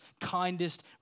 kindest